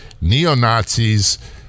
neo-nazis